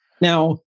Now